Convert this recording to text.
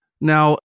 Now